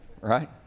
right